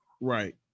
Right